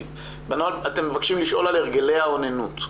בנוהל אתם מבקשים לשאול על הרגלי האוננות.